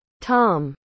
Tom